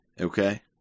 Okay